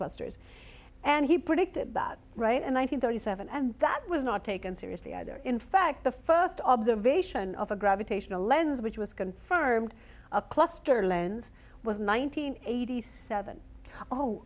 clusters and he predicted that right and i think thirty seven and that was not taken seriously either in fact the first observation of a gravitational lens which was confirmed a cluster lens was nine hundred eighty seven